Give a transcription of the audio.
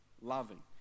loving